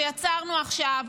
שיצרנו עכשיו,